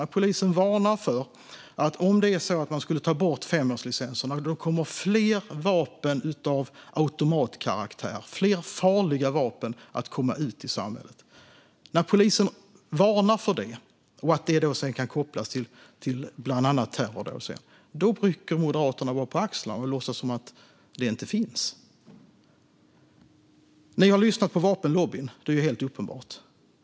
När polisen varnar för att fler farliga vapen av automatkaraktär kommer att komma ut i samhället om man tar bort femårslicenserna och det sedan kan kopplas till bland annat terrordåd rycker Moderaterna på axlarna och låtsas som ingenting. Ni har uppenbart lyssnat på vapenlobbyn.